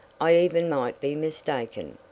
i even might be mistaken.